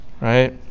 right